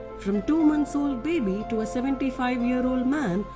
from two month old baby to a seventy five year old man,